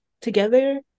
together